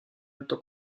alto